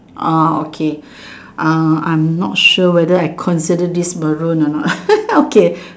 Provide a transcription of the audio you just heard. orh okay uh I'm not sure whether I consider this Maroon or not okay